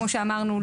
כמו שאמרנו,